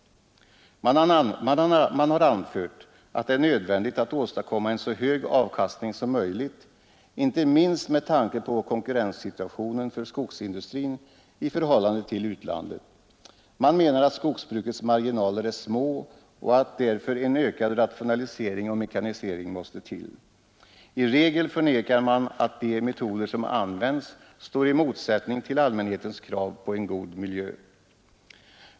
Man har anfört att det är nödvändigt att åstadkomma en så hög avkastning som möjligt, inte minst med tanke på konkurrenssituationen för skogsindustrin i förhållande till utlandet. Man menar att skogsbrukets marginaler är små och att därför en ökad rationalisering och mekanisering måste till. I regel förnekar man att de metoder som används står i motsättning till allmänhetens krav på en god miljö.